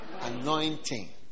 Anointing